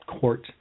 court